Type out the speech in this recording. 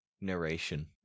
narration